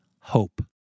hope